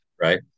Right